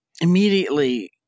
immediately